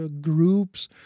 groups